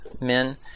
men